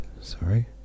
sorry